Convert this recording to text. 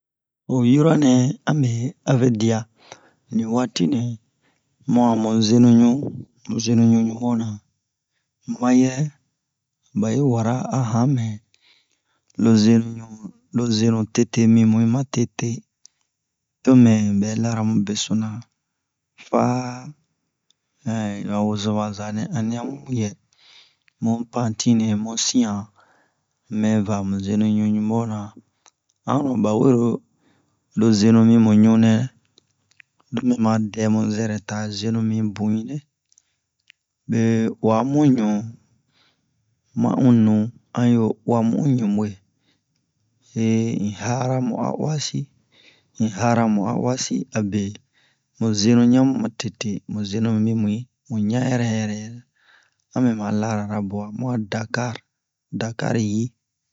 Ho yoro nɛ ame avɛ diya ho waati nɛ mu'a mu zenuɲu mu zenuɲu nubo na mayɛ ba yi wara a han mɛ lo zenuɲu lo zenu tete mi mu'i ma tete tomɛ bɛ lara mu besona fa an yan wozoma zanɛ ani'a mu yɛ mu pantine mu siyan mɛ va mu zenuɲu ɲubo na an no ba wero lo zenu mi mu ɲu nɛ lomɛ ma dɛmu zɛrɛ ta zenu mi bu'i re mɛ uwa mu ɲu ma un nu an yo uwa mu un ɲubwe he un hara mu a uwasi un hara mu a uwasi abe mu zenu ɲamu ma tete mu zenu mi mu'i mu ɲan yɛrɛ yɛrɛ yɛrɛ ame ma larara buwa mu'a dakar dakar yi